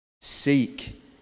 Seek